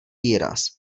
výraz